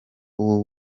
ubu